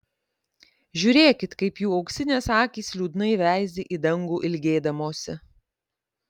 žiūrėkit kaip jų auksinės akys liūdnai veizi į dangų ilgėdamosi